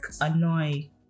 annoy